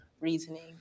reasoning